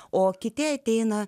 o kiti ateina